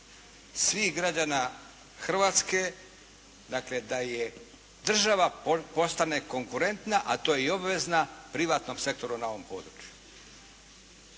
svih građana Hrvatske, dakle da država postane konkurentna a to je i obvezna privatnom sektoru na ovom području.